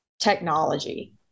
technology